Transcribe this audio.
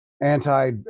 anti